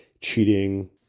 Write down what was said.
cheating